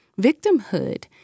Victimhood